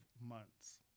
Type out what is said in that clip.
months